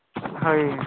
ହଇ